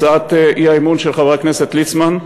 הצעת האי-אמון של חבר הכנסת ליצמן,